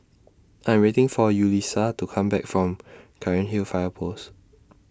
I Am waiting For Yulissa to Come Back from Cairnhill Fire Post